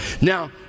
Now